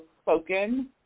spoken